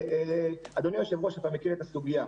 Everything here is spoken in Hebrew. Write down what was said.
אדוני היושב-ראש, אתה מכיר את הסוגיה.